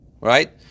Right